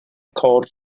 called